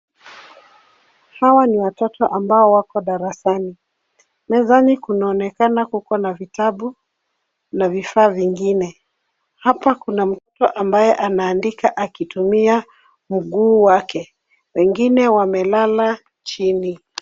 Hawa ni watoto ambao wako darasani. Mezani kunaonekana kuko na vitabu na vifaa vingine. Hapa kuna mtoto ambaye anaandika akitumia mguu wake, wengine wamelala chini.